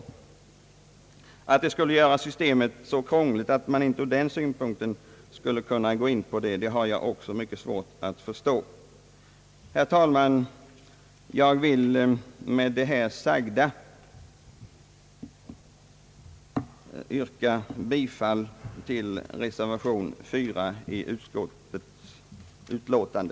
Att det skulle göra systemet så krångligt att man inte ur den synpunkten skulle kunna acceptera det har jag mycket svårt att förstå. Herr talman! Jag vill med det sagda yrka bifall till reservation 4 vid utskottets betänkande.